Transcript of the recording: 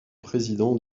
président